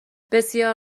بسیار